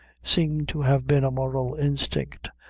seemed to have been a moral instinct,